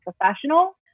professional